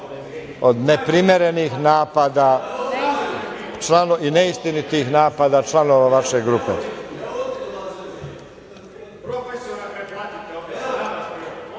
od neprimerenih napada i neistinitih napada članova vaše grupe.